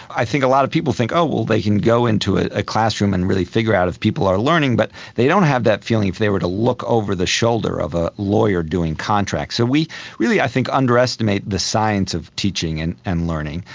i think a lot of people think, well, they can go into ah a classroom and really figure out if people are learning, but they don't have that feeling if they were to look over the shoulder of a lawyer doing contracts. so we really i think underestimate the science of teaching and and learning.